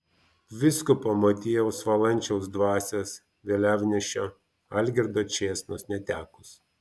vyskupo motiejaus valančiaus dvasios vėliavnešio algirdo čėsnos netekus